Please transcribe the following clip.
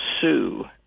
sue